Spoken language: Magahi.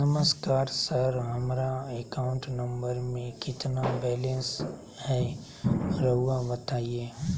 नमस्कार सर हमरा अकाउंट नंबर में कितना बैलेंस हेई राहुर बताई?